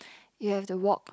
you have to walk